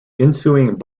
ensuing